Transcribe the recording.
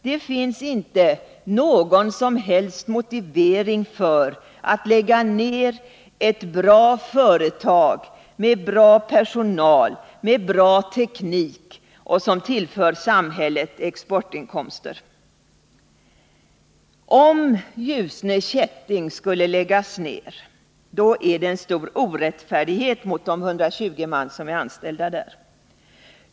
Det finns inte någon som helst motivering för att lägga ner ett bra företag med bra personal och bra teknik och som tillför samhället exportinkomster. Om Ljusne Kätting läggs ner, då är det en stor orättfärdighet mot de 120 man som är anställda där.